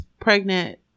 pregnant